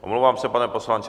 Omlouvám se, pane poslanče.